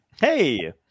Hey